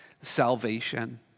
salvation